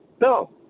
no